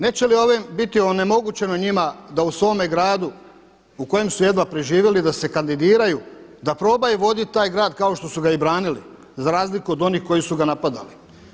Neće li ovim biti onemogućeno njima da u svome gradu u kojem su jedva preživjeli da se kandidiraju, da probaju voditi taj grad kao što su ga i branili za razliku od onih koji su ga napadali.